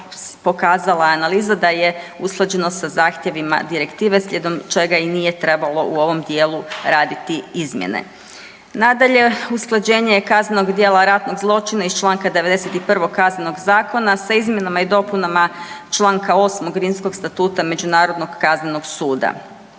pokazala je analiza da je usklađenost sa zahtjevima direktive slijedom čega i nije trebalo u ovom dijelu raditi izmjene. Nadalje, usklađenje kaznenog djela ratnog zločina iz čl. 91. KZ-a sa izmjenama i dopunama čl. 8. Rimskog statuta međunarodnog kaznenog suda.